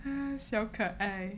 um 小可爱